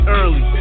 early